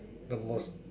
the most